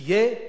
תהיה,